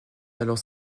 alors